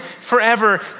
forever